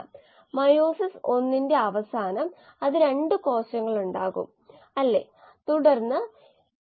carbohydrate glucose സബ്സ്ട്രേറ്റുകളുടെ ഉത്തമ ഉദാഹരണമാണ്